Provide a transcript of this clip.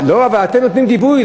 אבל אתם נותנים גיבוי,